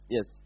Yes